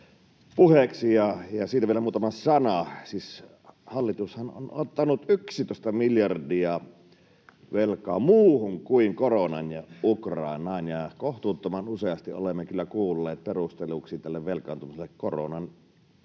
puheeksi, ja siitä vielä muutama sana. Siis hallitushan on ottanut 11 miljardia velkaa muuhun kuin koronaan ja Ukrainaan, ja kyllä kohtuuttoman useasti olemme kuulleet tälle velkaantumiselle